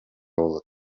болот